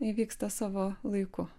įvyksta savo laiku